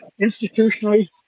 institutionally